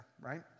right